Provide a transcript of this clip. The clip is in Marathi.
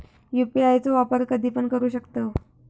यू.पी.आय चो वापर कधीपण करू शकतव?